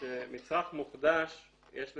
שמצרך מוחדש יש לסמנו.